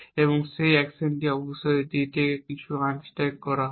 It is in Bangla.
এবং সেই অ্যাকশনটি অবশ্যই D থেকে কিছু আনস্ট্যাক করা হবে